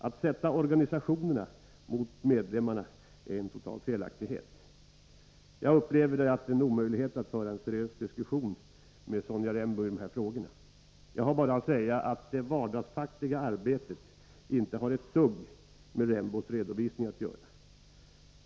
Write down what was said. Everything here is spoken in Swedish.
Att sätta organisationerna mot medlemmarna är totalt felaktigt. Jag upplever det som en omöjlighet att föra en seriös diskussion med Sonja Rembo i dessa frågor. Jag har bara att säga att det vardagsfackliga arbetet inte har ett dugg med Sonja Rembos redovisning att göra.